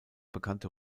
bekannte